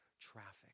traffic